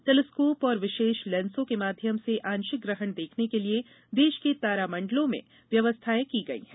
telescope और विशेष लेंसों के माध्यम से आंशिक ग्रहण देखने के लिए देश के तारामण्डलों में व्यवस्थाए की गई है